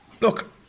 Look